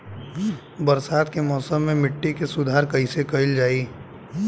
बरसात के मौसम में मिट्टी के सुधार कइसे कइल जाई?